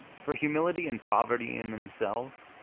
for humility and poverty, in themselves,